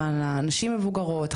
הנשים המבוגרות,